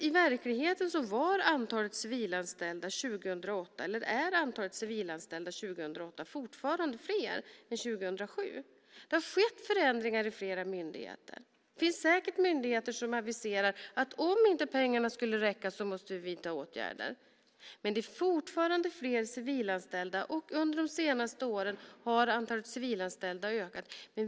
I verkligheten är antalet civilanställda år 2008 fortfarande fler än år 2007. Det har skett förändringar i flera myndigheter. Det finns säkert myndigheter som aviserar att om pengarna inte skulle räcka till måste vi vidta åtgärder. Men det är fortfarande fler civilanställda. Under de senaste åren har antalet civilanställda ökat.